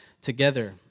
together